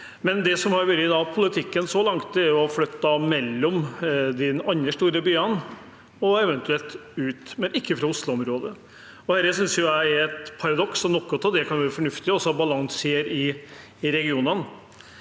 Det som har vært politikken så langt, er da å flytte mellom de andre store byene og eventuelt ut, men ikke fra Oslo-området. Det synes jeg er et paradoks. Noe av det kan være fornuftig – altså å balansere mellom regionene.